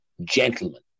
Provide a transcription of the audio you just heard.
gentlemen